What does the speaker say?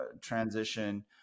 transition